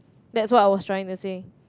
that's what I was trying to say